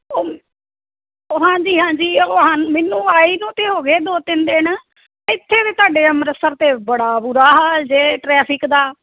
ਓ ਓ ਹਾਂਜੀ ਹਾਂਜੀ ਉਹ ਹਾਂ ਮੈਨੂੰ ਆਈ ਨੂੰ ਤਾਂ ਹੋ ਗਏ ਦੋ ਤਿੰਨ ਦਿਨ ਇੱਥੇ ਤਾਂ ਤੁਹਾਡੇ ਅੰਮ੍ਰਿਤਸਰ ਤਾਂ ਬੜਾ ਬੁਰਾ ਹਾਲ ਜੇ ਟ੍ਰੈਫਿਕ ਦਾ